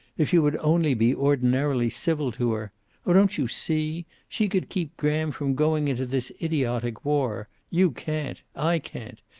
if you would only be ordinarily civil to her oh, don't you see? she could keep graham from going into this idiotic war. you can't. i can't.